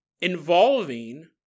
involving